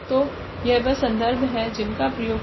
तो यह वह संदर्भ है जिनका प्रयोग किया गया है